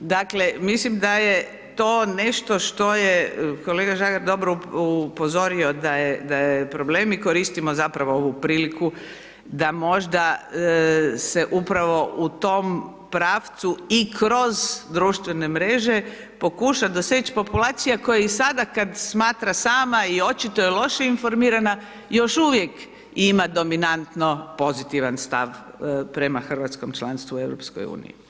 Dakle mislim da je to nešto što je kolega Žagar dobro upozorio da je problem i koristimo zapravo ovu priliku da možda se upravo u tom pravcu i kroz društvene mreže pokuša doseći populacija koja je sada kad smatra sama i očito je loše informirana, još uvijek ima dominantno pozitivan stav prema hrvatskom članstvu u EU-u.